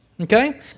Okay